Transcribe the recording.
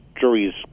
Juries